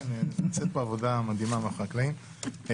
נעשית עבודה מדהימה מאחורי הקלעים.